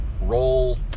roll